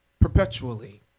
perpetually